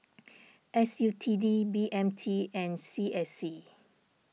S U T D B M T and C S C